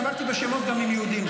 התבלבלתי בשמות גם עם יהודים,